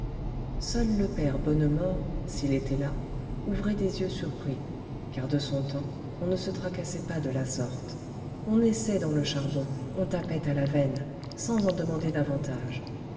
seul le père bonnemort s'il était là ouvrait des yeux surpris car de son temps on ne se tracassait pas de la sorte on naissait dans le charbon on tapait à la veine sans en demander davantage